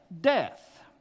Death